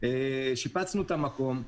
שיפצנו את המקום,